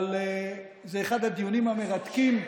אבל זה אחד הדיונים המרתקים.